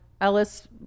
ellis